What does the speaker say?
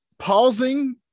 Pausing